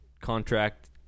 contract